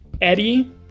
Eddie